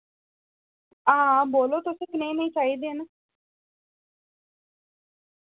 हां बोल्लो तुस कनेह् नेह् चाहिदे न